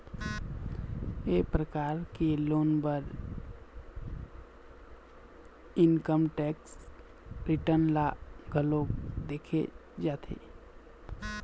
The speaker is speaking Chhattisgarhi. ए परकार के लोन बर इनकम टेक्स रिटर्न ल घलोक देखे जाथे